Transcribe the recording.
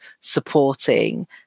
supporting